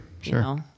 sure